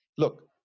Look